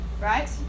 right